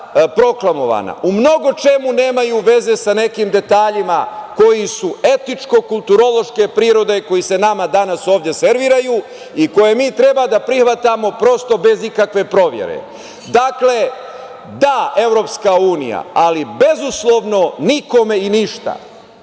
proklamovana u mnogo čemu nemaju veze sa nekim detaljima koji su etičko-kulturološke prirode koji se nama danas ovde serviraju i koje mi treba da prihvatamo prosto bez ikakve provere. Dakle, da EU, ali bezuslovno nikome i ništa.